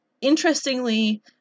Interestingly